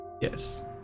Yes